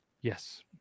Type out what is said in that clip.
Yes